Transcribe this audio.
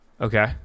Okay